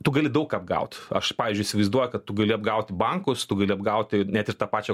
tu gali daug ką apgaut aš pavyzdžiui įsivaizduoju kad tu gali apgauti bankus tu gali apgauti net ir tą pačia